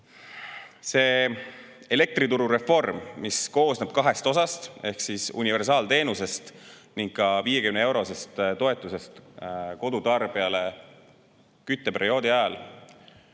See elektrituru reform, mis koosneb kahest osast ehk universaalteenusest ning ka 50‑eurosest toetusest kodutarbijale kütteperioodi ajal